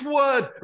word